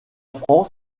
france